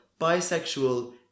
bisexual